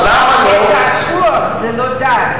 אז למה לא, יותר מזה, אופיר, עץ אשוח זה לא דת.